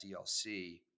DLC